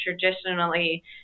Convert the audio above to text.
traditionally